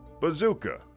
bazooka